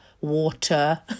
water